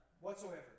Whatsoever